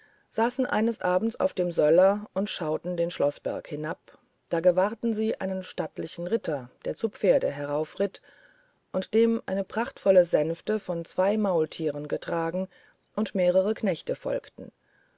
saßen eines abends auf dem söller und schauten den schloßberg hinab da gewahrten sie einen stattlichen ritter der zu pferde heraufritt und dem eine prachtvolle sänfte von zwei maultieren getragen und mehrere knechte folgten